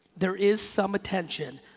there is some attention.